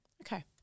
okay